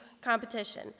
competition